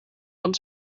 want